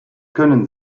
können